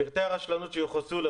פרטי הרשלנות שיוחסו לו,